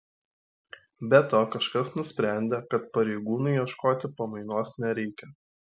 be to kažkas nusprendė kad pareigūnui ieškoti pamainos nereikia